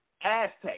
Aztec